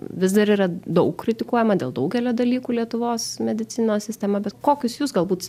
vis dar yra daug kritikuojama dėl daugelio dalykų lietuvos medicinos sistema bet kokius jūs galbūt